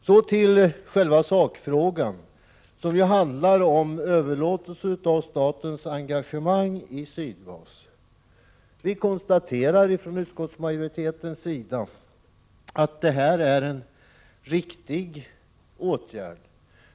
Så till själva sakfrågan, som ju handlar om överlåtelsen av statens engagemang i Sydgas. Vi från utskottsmajoritetens sida konstaterar att detta är en riktig åtgärd.